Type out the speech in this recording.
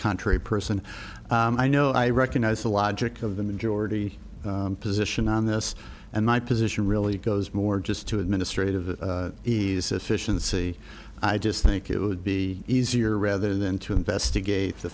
country person i know i recognize the logic of the majority position on this and my position really goes more just to administrative ease efficiency i just think it would be easier rather than to investigate the